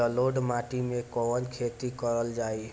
जलोढ़ माटी में कवन खेती करल जाई?